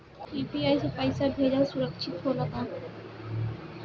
UPI से पैसा भेजल सुरक्षित होला का?